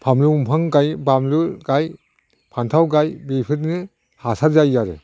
फानलु दंफां गाय बामलु गाय फान्थाव गाय बेफोरनो हासार जायो आरो